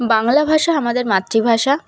বাংলা ভাষা আমাদের মাতৃভাষা